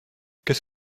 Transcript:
qu’est